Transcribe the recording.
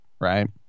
right